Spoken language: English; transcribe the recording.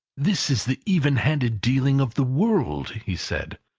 this is the even-handed dealing of the world! he said.